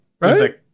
right